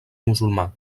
musulmà